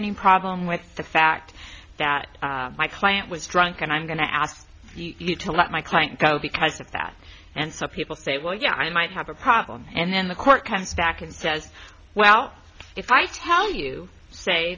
any problem with the fact that my client was drunk and i'm going to ask you to let my client go because of that and so people say well you know i might have a problem and then the court has back and says well if i see how you say